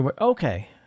Okay